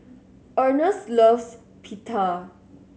Earnest loves Pita